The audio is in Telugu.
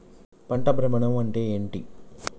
పంట భ్రమణం అంటే ఏంటి?